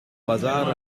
bazar